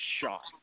shot